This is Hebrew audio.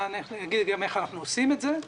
אגיד גם איך אנחנו עושים את זה.